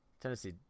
Tennessee